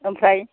ओमफ्राय